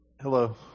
Hello